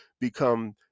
become